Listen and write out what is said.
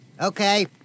Okay